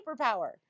superpower